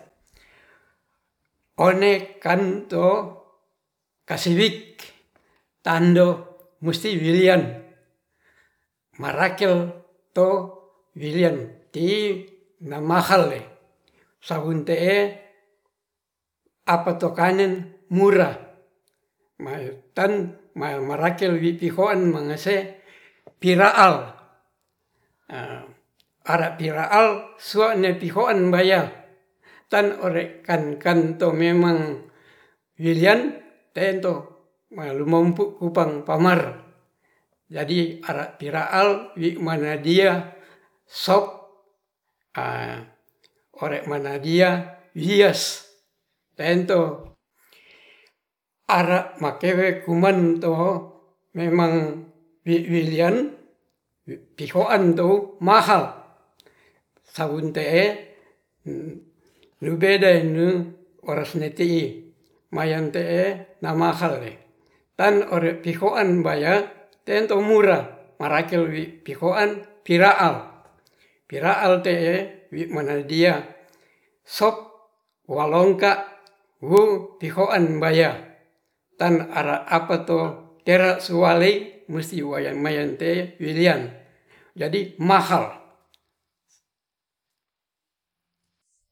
Onekan to kasiwik tando gursi wilian marakio to wilian ti namahalle sawunte'e apato kanen murah mantan marakel witihoan mengese pira'al ara pira'al sua'ne pi hoan bayah tan ore' kan-kan to memang wilian teen to malumompu kupang pamar, jadi ara pira'al wimana manadia sop ore manadia wies taento are makewe kuman toho memang bi'wiliawaran pihoan tow mahal saunte'e rubedaine warasne tie mayang te'e namahal tan ore pihoan baya tento murah marakel wi pihoan pira'al, pira'al te'e wimanaldia sop walouka wuu pihoan baya tan ara apeto pere sualei musimuaian-muaian tee wilian jadi mahal.